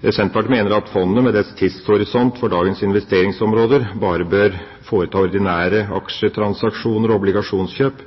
Senterpartiet mener at fondet med dets tidshorisont for dagens investeringsområder bare bør foreta ordinære aksjetransaksjoner og obligasjonskjøp,